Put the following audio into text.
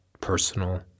personal